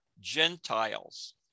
Gentiles